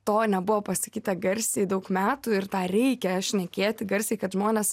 to nebuvo pasakyta garsiai daug metų ir tą reikia šnekėti garsiai kad žmonės